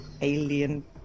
alien